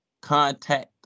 contact